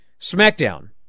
SmackDown